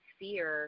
fear